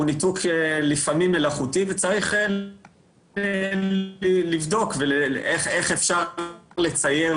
הוא ניתוק שהוא לפעמים מלאכותי וצריך לבדוק איך אפשר לייצר,